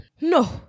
no